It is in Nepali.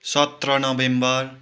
सत्र नोभेम्बर